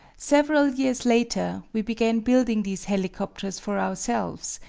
several years later we began building these helicopteres for ourselves,